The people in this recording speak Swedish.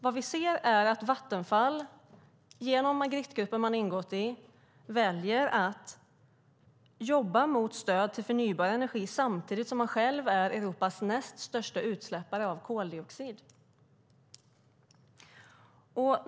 Vad vi ser är att Vattenfall, genom Magrittegruppen man har ingått i, väljer att jobba mot stöd till förnybar energi samtidigt som man själv är Europas näst största utsläppare av koldioxid.